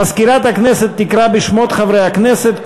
מזכירת הכנסת תקרא בשמות חברי הכנסת,